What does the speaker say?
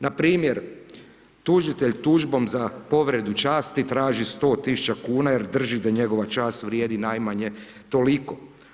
Npr., tužitelj tužbom za povredu časti traži 100 000 kn jer drži da njegova čast vrijedi najmanje toliko.